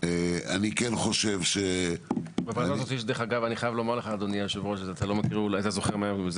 אני רוצה לומר לך שאני מבין שאתה בזהירות אומר שלכל משרד יש את הזה